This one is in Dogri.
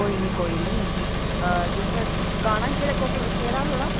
कोई नी कोई नी तुस गाना केह्ड़ा थुआढ़ा